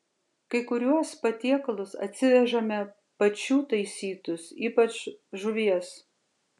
kai kuriuos patiekalus atsivežame pačių taisytus ypač žuvies